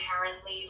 inherently